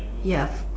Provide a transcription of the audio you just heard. yes